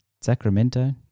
Sacramento